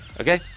Okay